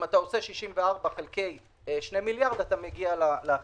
אם אתה עושה 64 חלקי שני מיליארד אתה מגיע לחישוב.